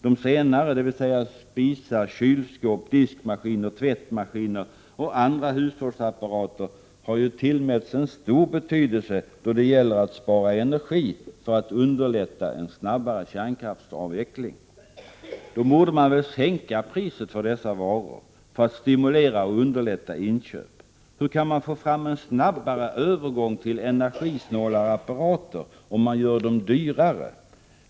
De senare, dvs. spisar, kylskåp, diskmaskiner, tvättmaskiner och andra hushållsapparater, har tillmätts en stor betydelse då det gäller att spara energi för att underlätta en snabbare kärnkraftsavveckling. Då borde väl priset på dessa varor sänkas, för att inköp skall stimuleras och underlättas. Hur kan övergången till energisnålare apparater bli snabbare om de görs dyrare?